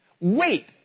Wait